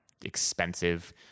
expensive